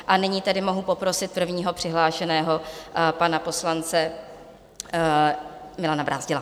A nyní tedy mohu poprosit prvního přihlášeného, pana poslance Milana Brázdila.